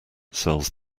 sells